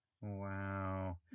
Wow